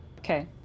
Okay